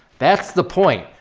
that's the point.